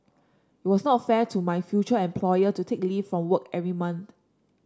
it was not fair to my future employer to take leave from work every month